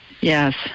yes